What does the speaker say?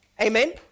Amen